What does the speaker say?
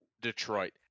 Detroit